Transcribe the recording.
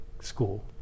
School